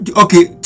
okay